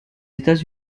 états